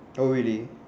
oh really